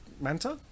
manta